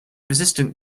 resistant